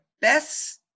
best